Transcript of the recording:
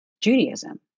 Judaism